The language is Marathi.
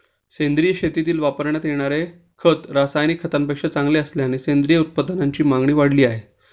सेंद्रिय शेतीत वापरण्यात येणारे खत रासायनिक खतांपेक्षा चांगले असल्याने सेंद्रिय उत्पादनांची मागणी वाढली आहे